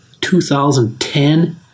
2010